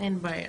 אין בעיה.